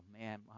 man